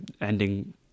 ending